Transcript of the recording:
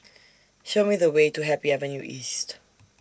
Show Me The Way to Happy Avenue East